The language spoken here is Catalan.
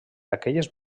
aquelles